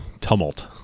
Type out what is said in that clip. tumult